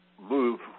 move